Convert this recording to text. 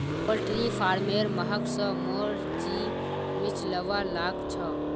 poultry फारमेर महक स मोर जी मिचलवा लाग छ